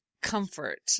comfort